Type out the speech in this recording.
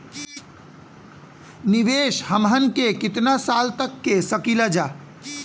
निवेश हमहन के कितना साल तक के सकीलाजा?